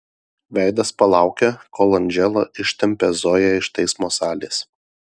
veidas palaukia kol andžela ištempia zoją iš teismo salės